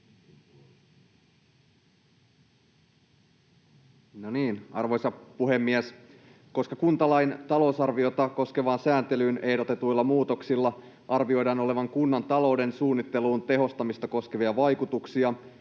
Arvoisa puhemies! Koska kuntalain talousarviota koskevaan sääntelyyn ehdotetuilla muutoksilla arvioidaan olevan kunnan talouden suunnitteluun tehostamista koskevia vaikutuksia